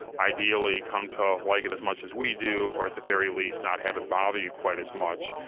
ideally, come to like it as much as we do or at the very least not have it bother you quite as much,